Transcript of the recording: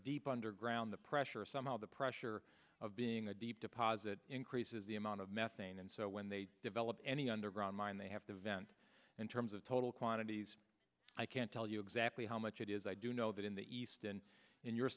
deep underground the pressure some of the pressure of being a deep deposit increases the amount of methane and so when they develop any underground mine they have to vent in terms of total quantities i can't tell you exactly how much it is i do know that in the east and in your